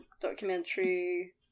documentary